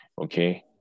Okay